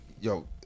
yo